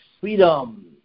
freedom